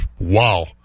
wow